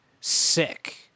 sick